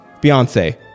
Beyonce